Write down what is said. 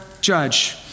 judge